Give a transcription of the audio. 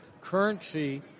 currency